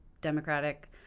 Democratic